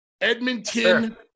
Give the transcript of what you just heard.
Edmonton